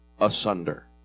asunder